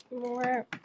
more